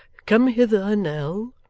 come hither, nell